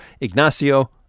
Ignacio